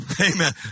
Amen